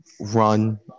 Run